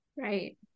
Right